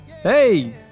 Hey